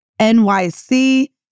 NYC